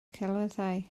celwyddau